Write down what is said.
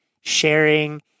sharing